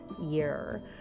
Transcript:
year